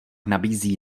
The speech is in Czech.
nabízí